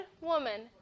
woman